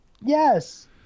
Yes